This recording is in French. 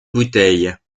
bouteille